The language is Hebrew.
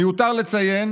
מיותר לציין